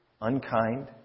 Unkind